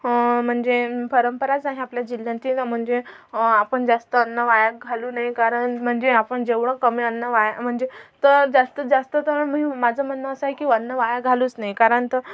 म्हणजे परंपराच आहे आपल्या जिल्ह्यांची तर म्हणजे आपण जास्त अन्न वाया घालू नये कारण म्हणजे आपण जेवढं कमी अन्न वाया म्हणजे तर जास्तीतजास्त तर मी माझं म्हणणं असं आहे की अन्न वाया घालूच नये कारण तर